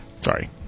Sorry